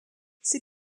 ces